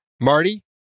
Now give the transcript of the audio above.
Marty